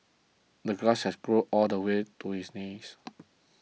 the grass had grown all the way to his knees